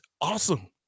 awesome